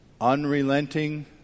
unrelenting